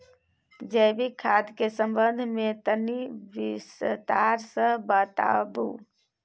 जैविक खाद के संबंध मे तनि विस्तार स बताबू?